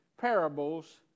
parables